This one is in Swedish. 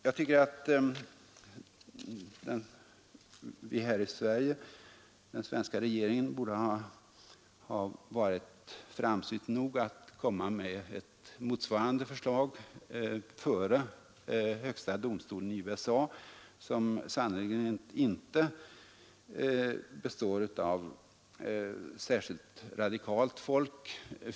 Jag tycker att den svenska regeringen borde ha varit framsynt nog att komma med ett motsvarande förslag före högsta domstolen i USA, som sannerligen inte består av särskilt radikalt folk.